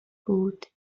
بود